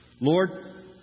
Lord